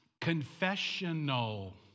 confessional